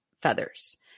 feathers